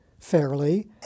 fairly